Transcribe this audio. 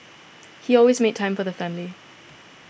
he always made time for the family